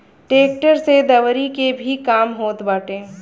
tractor से दवरी के भी काम होत बाटे